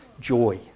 joy